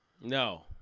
No